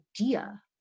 idea